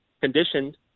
conditioned